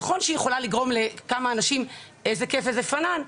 נכון שהיא יכולה לגרום לכמה אנשים להרגיש כיף ופנאן,